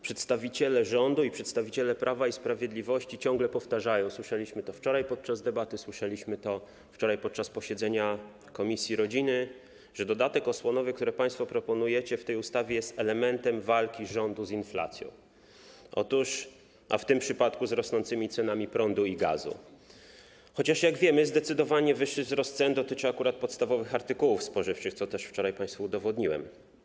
Przedstawiciele rządu i przedstawiciele Prawa i Sprawiedliwości ciągle powtarzają - słyszeliśmy to wczoraj podczas debaty, słyszeliśmy to wczoraj podczas posiedzenia komisji rodziny - że dodatek osłonowy, który państwo proponujecie w tej ustawie, jest elementem walki rządu z inflacją, a w tym przypadku - z rosnącymi cenami prądu i gazu, chociaż zdecydowanie wyższy wzrost cen dotyczy akurat, jak wiemy, podstawowych artykułów spożywczych, co też wczoraj państwu udowodniłem.